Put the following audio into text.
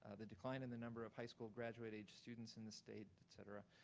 ah the decline in the number of high school graduate age students in the state, et cetera.